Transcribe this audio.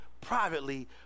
privately